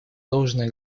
должное